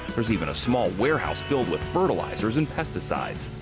there's even a small warehouse filled with fertilizers and pesticides.